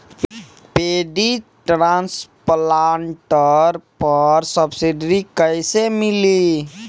Paddy transplanter पर subsidy कैसे मिली?